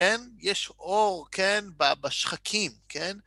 כן? יש אור, כן? ב... בשחקים, כן?